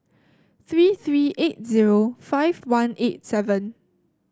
three three eight zero five one eight seven